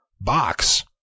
box